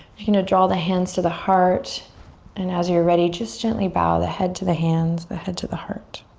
you know draw the hands to the heart and as you're ready, just gently bow the head to the hands, the head to the heart.